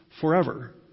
forever